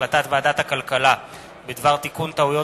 החלטת ועדת הכלכלה בדבר תיקון טעויות